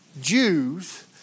Jews